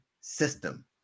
system